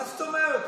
מה זאת אומרת?